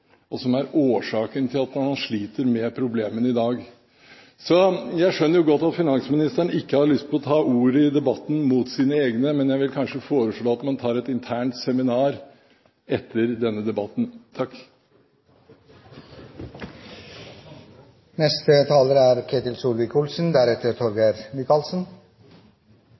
og som er årsaken til at man sliter med problemene i dag. Så jeg skjønner godt at finansministeren ikke har lyst til å ta ordet i debatten mot sine egne, men jeg vil kanskje foreslå at man tar et internt seminar etter denne debatten. Ja, seminar er